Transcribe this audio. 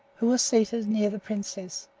who was seated near the princess.